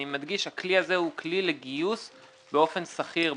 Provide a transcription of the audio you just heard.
אני מדגיש הכלי הזה הוא כלי לגיוס באופן שכיר בשוק.